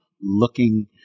looking